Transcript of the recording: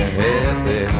happy